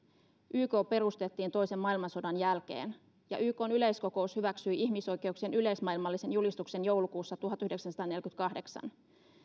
yk perustettiin toisen maailmansodan jälkeen ja ykn yleiskokous hyväksyi ihmisoikeuksien yleismaailmallisen julistuksen joulukuussa tuhatyhdeksänsataaneljäkymmentäkahdeksan